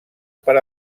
per